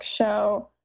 show